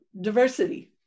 diversity